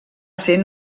ser